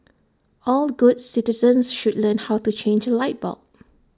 all good citizens should learn how to change A light bulb